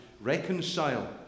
Reconcile